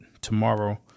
tomorrow